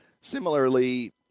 Similarly